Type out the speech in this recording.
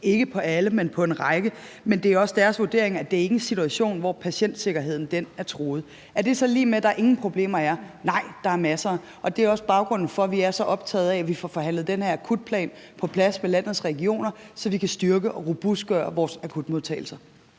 ikke på alle, men på en række. Men det er også deres vurdering, at det ikke er en situation, hvor patientsikkerheden er truet. Er det så lig med, at der ingen problemer er? Nej, der er masser, og det er også baggrunden for, at vi er så optaget af, at vi får forhandlet den her akutplan på plads med landets regioner, så vi kan styrke og robustgøre vores akutmodtagelser.